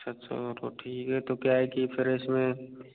अच्छा अच्छा तो ठीक है तो क्या है कि फिर इस में